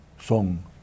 song